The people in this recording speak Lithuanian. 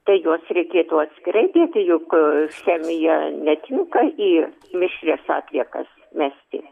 tai juos reikėtų atskirai dėti juk chemija netinka į mišrias atliekas mesti